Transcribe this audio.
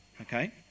Okay